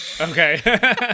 Okay